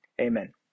Amen